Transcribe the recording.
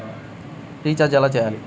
Recharge ఎలా చెయ్యాలి?